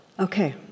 Okay